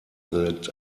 that